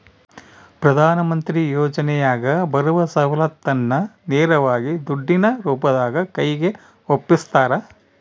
ಪ್ರಧಾನ ಮಂತ್ರಿ ಯೋಜನೆಯಾಗ ಬರುವ ಸೌಲತ್ತನ್ನ ನೇರವಾಗಿ ದುಡ್ಡಿನ ರೂಪದಾಗ ಕೈಗೆ ಒಪ್ಪಿಸ್ತಾರ?